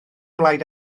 blaid